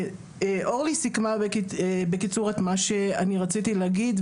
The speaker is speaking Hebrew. אורלי סיכמה בקיצור את מה שאני רציתי להגיד,